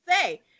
say